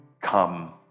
come